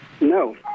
No